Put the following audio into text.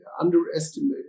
underestimate